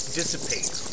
dissipate